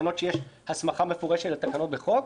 תקנות שיש הסמכה מפורשת הן תקנות בחוק